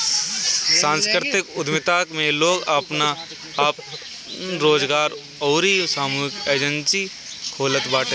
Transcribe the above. सांस्कृतिक उद्यमिता में लोग आपन रोजगार अउरी सामूहिक एजेंजी खोलत बाटे